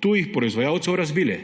tujih proizvajalcev razbili.